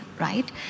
Right